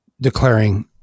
declaring